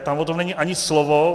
Tam o tom není ani slovo.